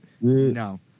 no